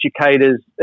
educators